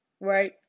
right